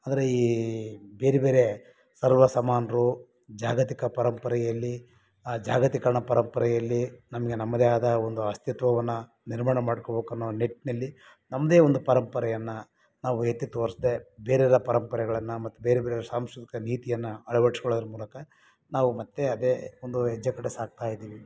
ಅಂದರೆ ಈ ಬೇರೆ ಬೇರೆ ಸರ್ವ ಸಮಾನರು ಜಾಗತಿಕ ಪರಂಪರೆಯಲ್ಲಿ ಆ ಜಾಗತೀಕರಣ ಪರಂಪರೆಯಲ್ಲಿ ನಮಗೆ ನಮ್ಮದೇ ಆದ ಒಂದು ಅಸ್ತಿತ್ವವನ್ನು ನಿರ್ಮಾಣ ಮಾಡ್ಕೊಬೇಕು ಅನ್ನೋ ನಿಟ್ಟಿನಲ್ಲಿ ನಮ್ಮದೇ ಒಂದು ಪರಂಪರೆಯನ್ನು ನಾವು ಎತ್ತಿ ತೋರ್ಸ್ದೆ ಬೇರೆಯವರ ಪರಂಪರೆಗಳನ್ನು ಮತ್ತು ಬೇರೆ ಬೇರೆ ಸಾಂಸ್ಕೃತಿಕ ನೀತಿಯನ್ನು ಅಳವಡ್ಸ್ಕೊಳ್ಳೋದ್ರ ಮೂಲಕ ನಾವು ಮತ್ತೆ ಅದೇ ಒಂದು ಹೆಜ್ಜೆ ಕಡೆ ಸಾಗ್ತಾ ಇದ್ದೀವಿ